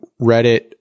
Reddit